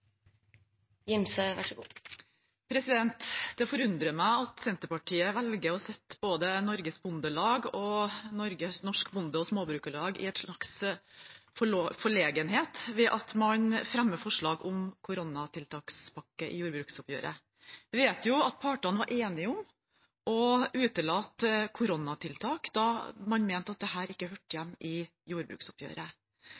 Norsk Bonde- og Småbrukarlag i en slags forlegenhet ved at man fremmer forslag om koronatiltakspakke i forbindelse med jordbruksoppgjøret. Vi vet jo at partene var enige om å utelate koronatiltak, da man mente at dette ikke hørte